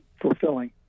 fulfilling